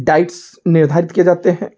diets निर्धारित किए जाते हैं